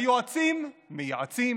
היועצים מייעצים,